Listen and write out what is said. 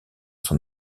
son